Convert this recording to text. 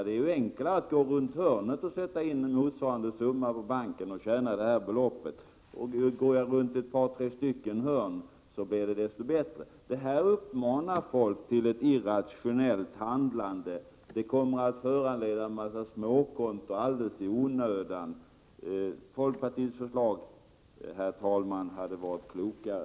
Det är enklare att gå runt hörnet och sätta in motsvarande summa på banken och tjäna detta belopp. Går jag runt ett par tre stycken hörn blir det desto bättre. Detta uppmuntrar folk till ett irrationellt handlande. Det kommer att föranleda en massa småkonton alldeles i onödan. Folkpartiets förslag, herr talman, är klokare.